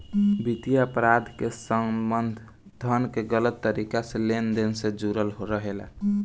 वित्तीय अपराध के संबंध धन के गलत तरीका से लेन देन से जुड़ल रहेला